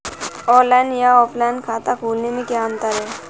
Online या offline खाता खोलने में क्या अंतर है बताएँ?